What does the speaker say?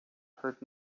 heard